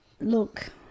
look